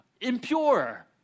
impure